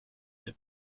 der